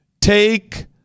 Take